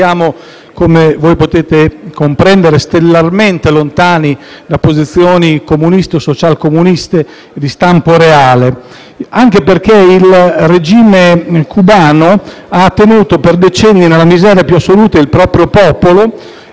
ragioni. Come potete comprendere, siamo stellarmente lontani da posizione comuniste o socialcomuniste di stampo reale, anche perché il regime cubano ha tenuto per decenni nella miseria più assoluta il proprio popolo